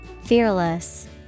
fearless